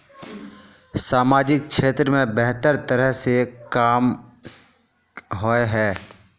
सामाजिक क्षेत्र में बेहतर तरह के काम होय है?